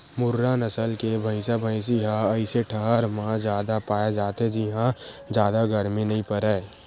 मुर्रा नसल के भइसा भइसी ह अइसे ठउर म जादा पाए जाथे जिंहा जादा गरमी नइ परय